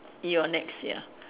you're next ya